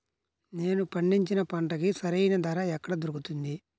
నేను పండించిన పంటకి సరైన ధర ఎక్కడ దొరుకుతుంది?